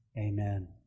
amen